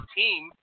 team